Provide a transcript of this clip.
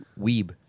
weeb